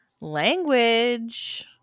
language